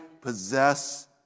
possess